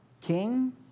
king